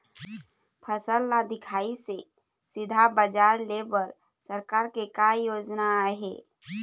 फसल ला दिखाही से सीधा बजार लेय बर सरकार के का योजना आहे?